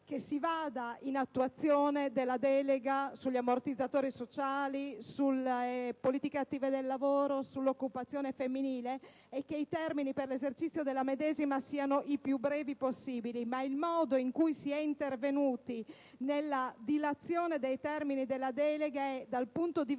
direzione dell'attuazione della delega sugli ammortizzatori sociali, sulle politiche attive del lavoro, sull'occupazione femminile e che i termini per l'esercizio della medesima siano i più brevi possibile. Tuttavia, il modo in cui si è intervenuti nella dilazione dei termini della delega è, dal punto di